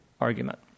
argument